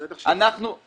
בטח שאני יכול.